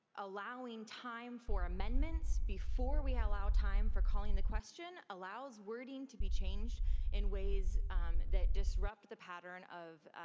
allowing time for amendments before we allow time for calling the question allows wording to be changed in ways that disrupt the pattern of